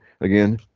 again